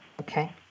Okay